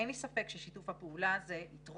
אין לי ספק ששיתוף הפעולה הזה יתרום